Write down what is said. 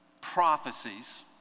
prophecies